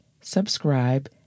subscribe